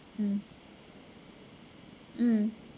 mm mm